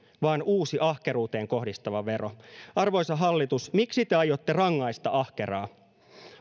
vaan uusi ahkeruuteen kohdistuva vero arvoisa hallitus miksi te aiotte rangaista ahkeraa